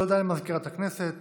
תודה למזכירת הכנסת.